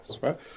right